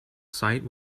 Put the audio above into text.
site